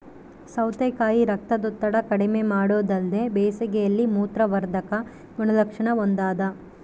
ಸೌತೆಕಾಯಿ ರಕ್ತದೊತ್ತಡ ಕಡಿಮೆಮಾಡೊದಲ್ದೆ ಬೇಸಿಗೆಯಲ್ಲಿ ಮೂತ್ರವರ್ಧಕ ಗುಣಲಕ್ಷಣ ಹೊಂದಾದ